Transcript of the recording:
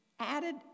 added